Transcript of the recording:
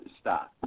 stop